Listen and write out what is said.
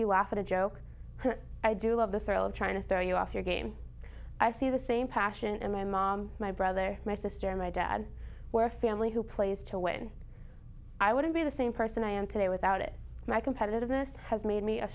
you laugh at a joke i do love the thrill of trying to throw you off your game i see the same passion in my mom my brother my sister and my dad where a family who plays to win i wouldn't be the same person i am today without it my competitiveness has made me a